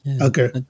Okay